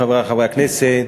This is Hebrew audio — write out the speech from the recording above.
חברי חברי הכנסת,